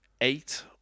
eight